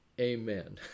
amen